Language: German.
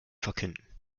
verkünden